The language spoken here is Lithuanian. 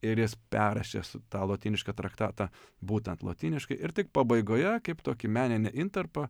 ir jis perrašė tą lotynišką traktatą būtent lotyniškai ir tik pabaigoje kaip tokį meninį intarpą